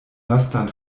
lastan